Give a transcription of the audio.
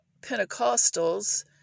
Pentecostals